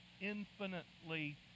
infinitely